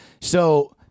So-